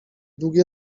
długie